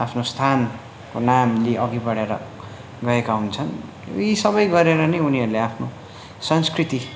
आफ्नो स्थानको नाम लिइ अघि बढेर गएका हुन्छन् यी सबै गरेर नै उनीहरूले आफ्नो संस्कृति